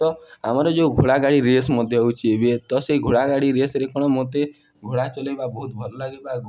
ତ ଆମର ଯେଉଁ ଘୋଡ଼ା ଗାଡ଼ି ରେସ୍ ମଧ୍ୟ ହେଉଛି ଏବେ ତ ସେଇ ଘୋଡ଼ା ଗାଡ଼ି ରେସ୍ରେ କ'ଣ ମୋତେ ଘୋଡ଼ା ଚଲାଇବା ବହୁତ ଭଲ ଲାଗେ